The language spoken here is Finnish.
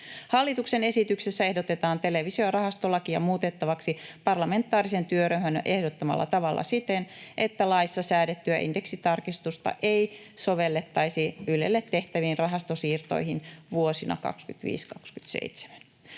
Hallituksen esityksessä ehdotetaan televisio- ja rahastolakia muutettavaksi parlamentaarisen työryhmän ehdottamalla tavalla siten, että laissa säädettyä indeksitarkistusta ei sovellettaisi Ylelle tehtäviin rahastosiirtoihin vuosina 25—27.